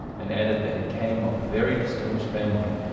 and added that he came of a very distinguished family.